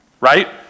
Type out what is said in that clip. Right